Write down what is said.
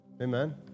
Amen